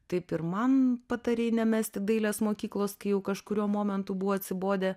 taip ir man patarei nemesti dailės mokyklos kai jau kažkuriuo momentu buvo atsibodę